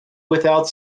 without